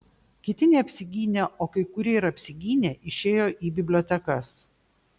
kiti neapsigynę o kai kurie ir apsigynę išėjo į bibliotekas